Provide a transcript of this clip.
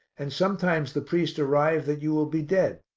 and sometimes the priest arrive that you will be dead.